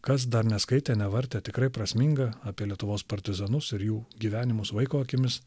kas dar neskaitė nevartė tikrai prasminga apie lietuvos partizanus ir jų gyvenimus vaiko akimis